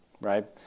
right